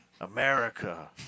America